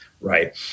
Right